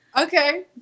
Okay